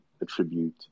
attribute